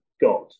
God